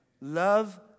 Love